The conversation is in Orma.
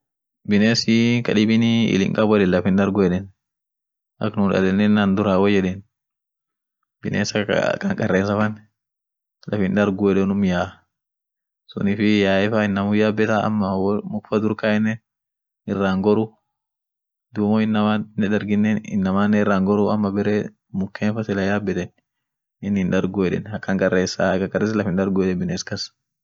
binesii kadibinii il hinkabu heden laf hindargu yeden ak nu dallenenan duran won yeden bines akaa ak hakankaresa fan laf hindargu yeden unum yaa sunifii yaefa inama yabeta ama wo muk durkaenen irra hingoru duum wo inamanen darginen inamanen irra hingoru am bare muken fa sila yabeten in himdargu yeden, hakankaresa-hakankares laf hindargu yeden bines kas.